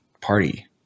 party